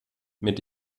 mit